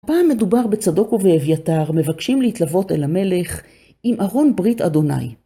הפעם מדובר בצדוק ובאביתר, מבקשים להתלוות אל המלך, עם ארון ברית אדוני.